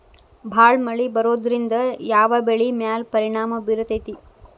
ಭಾಳ ಮಳಿ ಬರೋದ್ರಿಂದ ಯಾವ್ ಬೆಳಿ ಮ್ಯಾಲ್ ಪರಿಣಾಮ ಬಿರತೇತಿ?